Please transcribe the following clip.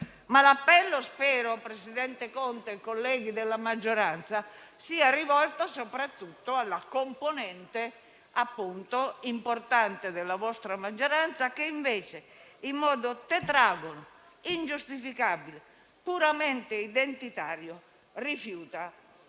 che l'appello, presidente Conte, colleghi della maggioranza, sia rivolto soprattutto alla componente importante della vostra maggioranza che invece, in modo tetragono, ingiustificabile e puramente identitario, rifiuta il MES.